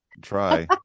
Try